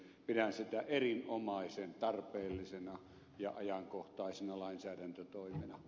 pidän sitä erinomaisen tarpeellisena ja ajankohtaisena lainsäädäntötoimena